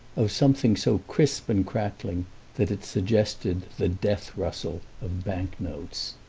of something so crisp and crackling that it suggested the death-rustle of bank-notes.